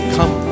Come